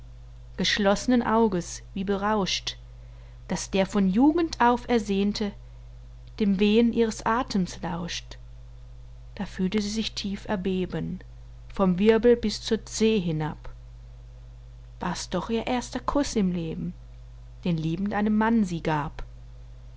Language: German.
geschloss'nen auges wie berauscht daß der von jugend auf ersehnte dem wehen ihres athems lauscht da fühlte sie sich tief erbeben vom wirbel bis zur zeh hinab war's doch ihr erster kuß im leben den liebend einem mann sie gab